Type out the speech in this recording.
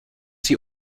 sie